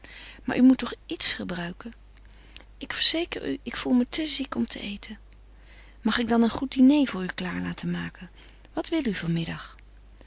maar u moet toch iets gebruiken ik verzeker u ik voel me te ziek om te eten mag ik dan een goed diner voor u klaar maken wat wil u